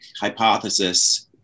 hypothesis